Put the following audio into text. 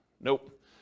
Nope